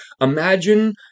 imagine